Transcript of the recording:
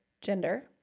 gender